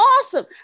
awesome